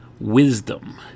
wisdom